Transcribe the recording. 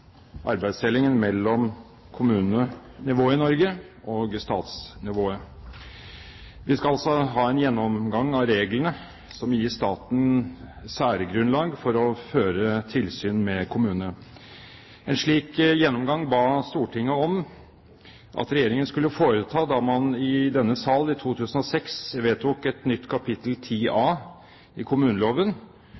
arbeidsdelingen mellom kommunenivå og statsnivå i Norge. Vi skal altså ha en gjennomgang av reglene som gir staten særgrunnlag for å føre tilsyn med kommunene. En slik gjennomgang ba Stortinget om at regjeringen skulle foreta da man i denne sal i 2006 vedtok et nytt kapittel 10 A